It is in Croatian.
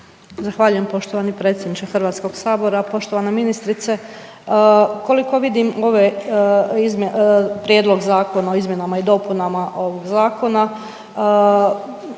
Zahvaljujem poštovani predsjedniče Hrvatskog sabora, poštovana ministrice. Koliko vidim ove, Prijedlog zakona o izmjenama i dopunama ovog zakona,